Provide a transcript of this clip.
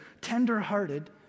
tenderhearted